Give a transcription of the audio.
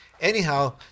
Anyhow